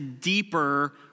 deeper